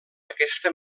aquesta